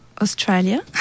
Australia